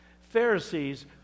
Pharisees